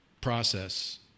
process